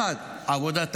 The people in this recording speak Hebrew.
עבודה,